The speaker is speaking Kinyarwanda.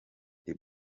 the